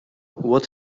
what